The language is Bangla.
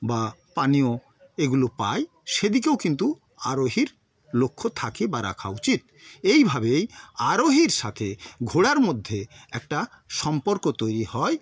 বা পানীয় এগুলো পায় সেদিকেও কিন্তু আরোহীর লক্ষ্য থাকে বা রাখা উচিত এইভাবেই আরোহীর সাথে ঘোড়ার মধ্যে একটা সম্পর্ক তৈরি হয়